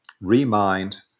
Remind